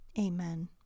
amen